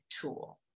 tool